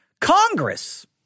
Congress